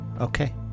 Okay